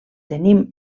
tenim